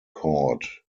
court